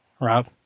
Rob